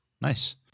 Nice